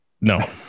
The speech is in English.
no